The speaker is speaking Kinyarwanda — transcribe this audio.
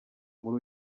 muri